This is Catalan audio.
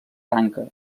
tanca